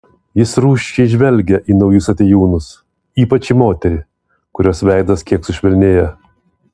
jis rūsčiai žvelgia į naujus atėjūnus ypač į moterį kurios veidas kiek sušvelnėja